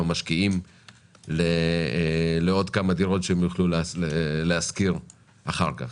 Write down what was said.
משקיעים לעוד כמה דירות שהם יוכלו להשכיר אחר כך.